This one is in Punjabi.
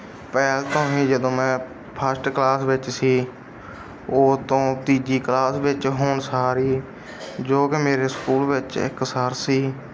ਜਦੋਂ ਮੈਂ ਫਸਟ ਕਲਾਸ ਵਿੱਚ ਸੀ ਉਹ ਤੋਂ ਤੀਜੀ ਕਲਾਸ ਵਿੱਚ ਹੁਣ ਸਾਰੀ ਜੋ ਕਿ ਮੇਰੇ ਸਕੂਲ ਵਿੱਚ ਇੱਕ ਸਰ ਸੀ